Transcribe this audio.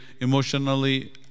emotionally